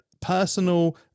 personal